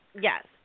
Yes